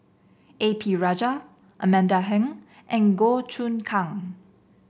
A P Rajah Amanda Heng and Goh Choon Kang